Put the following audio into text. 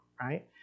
right